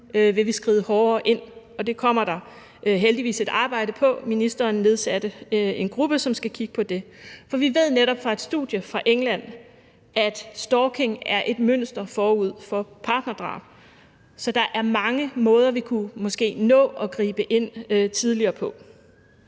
vil vi skride hårdere ind, og det kommer der heldigvis et arbejde i gang i forhold til – ministeren nedsatte en gruppe, som skal kigge på det. For vi ved netop fra et studie fra England, at stalking er et mønster forud for partnerdrab, så der er mange måder, vi måske kunne nå at gribe ind på tidligere.